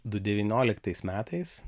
du devynioliktais metais